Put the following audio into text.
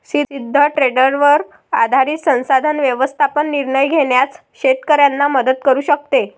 सिद्ध ट्रेंडवर आधारित संसाधन व्यवस्थापन निर्णय घेण्यास शेतकऱ्यांना मदत करू शकते